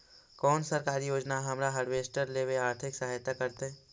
कोन सरकारी योजना हमरा हार्वेस्टर लेवे आर्थिक सहायता करतै?